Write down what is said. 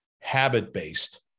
habit-based